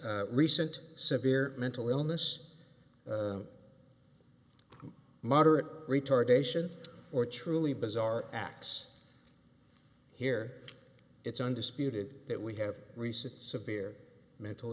recent severe mental illness moderate retardation or truly bizarre acts here it's undisputed that we have received severe mental